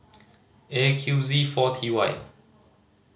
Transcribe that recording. A Q Z four T Y